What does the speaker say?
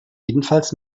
jedenfalls